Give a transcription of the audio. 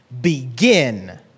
begin